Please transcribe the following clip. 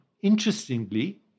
interestingly